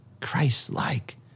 Christ-like